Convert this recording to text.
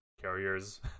carriers